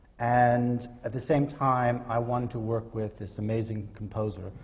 and at the same time, i wanted to work with this amazing composer,